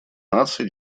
наций